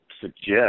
suggest